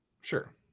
sure